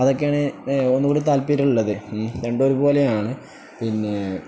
അതൊക്കെയാണ് ഒന്നുകൂടി താല്പര്യമുള്ളത് ഉം രണ്ടും ഒരുപോലെയാണ് പിന്നെ